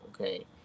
Okay